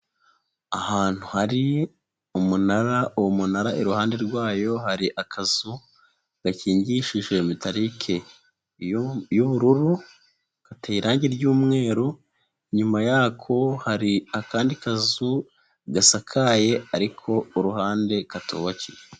Ahantu hari umunara, uwo munara iruhande rwayo hari akazu, gakingishi metarike y'ubururu, gateye irangi ry'umweru, inyuma yako hari akandi kazu gasakaye ariko uruhande katubakiye.